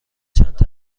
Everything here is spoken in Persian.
چند